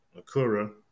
Akura